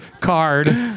card